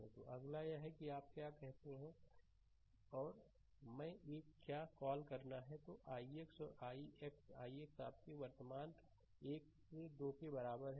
तो अगला यह है कि आप क्या कहते हैं और मैं या क्या कॉल करना है और ix यह ix ix आपके वर्तमान 1 से 2 के बराबर है